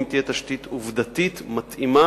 אם תהיה לזה תשתית עובדתית מתאימה,